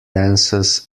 dances